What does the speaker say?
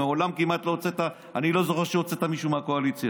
אני לא זוכר מעולם שהוצאת מישהו מהקואליציה.